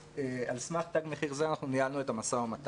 ועל סמך תג מחיר זה אנחנו ניהלנו את המשא-ומתן.